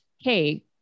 Hey